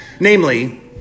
Namely